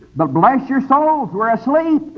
but bless your souls, we're asleep!